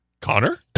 connor